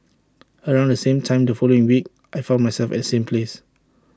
around the same time the following week I found myself at same place